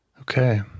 okay